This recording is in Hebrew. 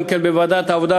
גם בוועדת העבודה,